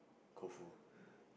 Koufu